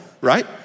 right